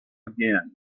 again